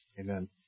Amen